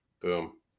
Boom